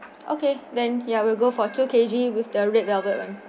okay then ya we'll go for two K_G with the red velvet [one]